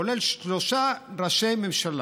כולל שלושה ראשי ממשלה,